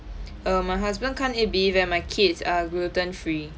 err my husband can't eat beef and my kids are gluten free